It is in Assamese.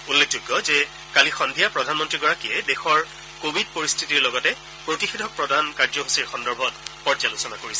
উল্লেখযোগ্য যে কালি সন্ধিয়া প্ৰধানমন্ত্ৰীগৰাকীয়ে দেশৰ কোৱিড পৰিস্থিতিৰ লগতে প্ৰতিষেধক প্ৰদান কাৰ্যসূচীৰ সম্পৰ্কত পৰ্যালোচনা কৰিছিল